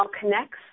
connects